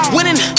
Winning